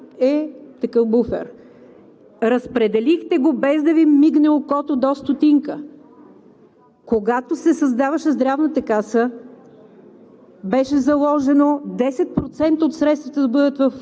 Тогава казахте, че този резерв от 149 милиона е такъв буфер. Разпределихте го, без да Ви мигне окото до стотинка! Когато се създаваше Здравната каса,